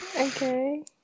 Okay